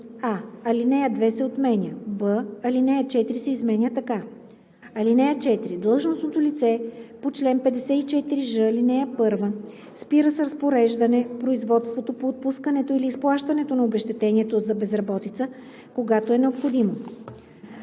а) алинея 2 се отменя; б) алинея 4 се изменя така: „(4) Длъжностното лице по чл. 54ж, ал. 1 спира с разпореждане производството по отпускането или изплащането на обезщетението за безработица, когато е необходимо: